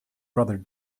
brother